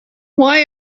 why